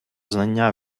знання